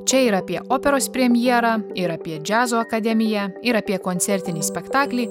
čia ir apie operos premjerą ir apie džiazo akademiją ir apie koncertinį spektaklį